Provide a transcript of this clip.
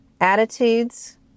attitudes